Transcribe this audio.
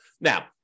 Now